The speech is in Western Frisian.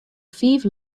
fiif